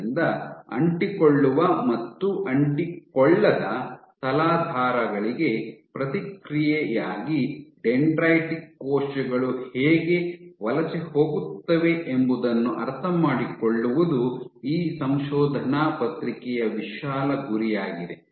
ಆದ್ದರಿಂದ ಅಂಟಿಕೊಳ್ಳುವ ಮತ್ತು ಅಂಟಿಕೊಳ್ಳದ ತಲಾಧಾರಗಳಿಗೆ ಪ್ರತಿಕ್ರಿಯೆಯಾಗಿ ಡೆಂಡ್ರೈಟಿಕ್ ಕೋಶಗಳು ಹೇಗೆ ವಲಸೆ ಹೋಗುತ್ತವೆ ಎಂಬುದನ್ನು ಅರ್ಥಮಾಡಿಕೊಳ್ಳುವುದು ಈ ಸಂಶೋಧನಾ ಪತ್ರಿಕೆಯ ವಿಶಾಲ ಗುರಿಯಾಗಿದೆ